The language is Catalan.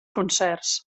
concerts